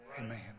Amen